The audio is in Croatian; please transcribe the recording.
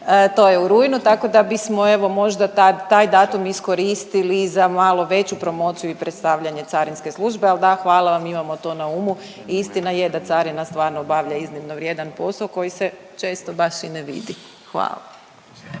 To je u rujnu, tako da bismo evo možda taj datum iskoristili za malo veću promociju i predstavljanje carinske službe, al da hvala vam, imamo to na umu, istina je da carina stvarno obavlja iznimno vrijedan posao koji se često baš i ne vidi, hvala.